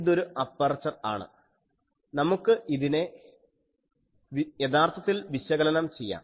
ഇതൊരു അപ്പർച്ചർ ആണ് നമുക്ക് ഇതിനെ യഥാർത്ഥത്തിൽ വിശകലനം ചെയ്യാം